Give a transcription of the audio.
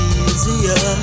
easier